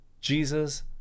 Jesus